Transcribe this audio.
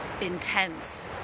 intense